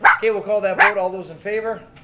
okay we'll call that vote, all those in favor.